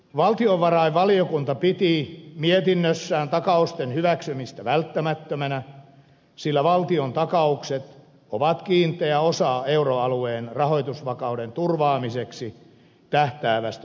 valtiovarainvaliokunta piti mietinnössään takausten hyväksymistä välttämättömänä sillä valtiontakaukset ovat kiinteä osa euroalueen rahoitusvakauden turvaamiseen tähtäävästä toimenpidekokonaisuudesta